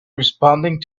responding